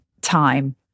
time